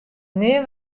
nea